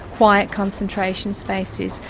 quiet concentration spaces.